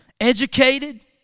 educated